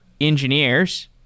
engineers